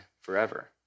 forever